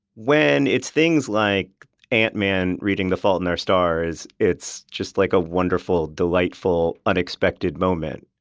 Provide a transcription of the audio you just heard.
when it's things like ant-man reading the fault in our stars, it's just like a wonderful, delightful unexpected moment.